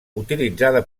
utilitzada